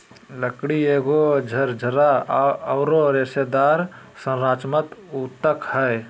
लकड़ी एगो झरझरा औरर रेशेदार संरचनात्मक ऊतक हइ